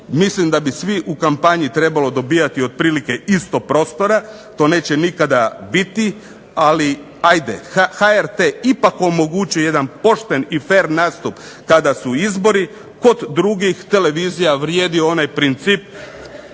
mislim da bi svi u kampanji trebali dobivati otprilike isto prostora. To neće nikada biti. Ali ajde HRT ipak omogućuje jedan pošten i fer nastup kada su izbor, kod drugih televizija vrijedi onaj princip